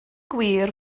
gwir